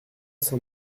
cent